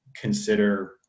consider